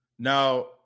now